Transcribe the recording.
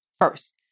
first